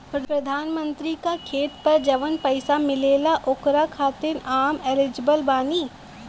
प्रधानमंत्री का खेत पर जवन पैसा मिलेगा ओकरा खातिन आम एलिजिबल बानी?